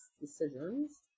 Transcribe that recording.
decisions